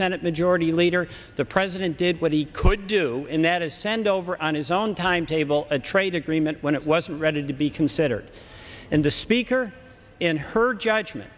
senate majority leader the president did what he could do and that is send over on his own timetable a trade agreement when it wasn't ready to be considered and the speaker in her judgment